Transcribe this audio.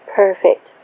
perfect